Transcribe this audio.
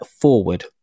forward